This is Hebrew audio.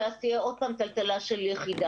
ואז תהיה עוד פעם טלטלה של יחידה.